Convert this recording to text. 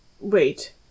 Wait